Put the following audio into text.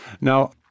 Now